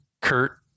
Kurt